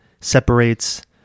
separates